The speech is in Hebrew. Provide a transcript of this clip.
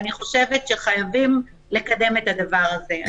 אני חושבת שחייבים לקדם את הדבר הזה.